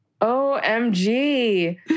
Omg